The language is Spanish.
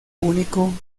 único